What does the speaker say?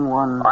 one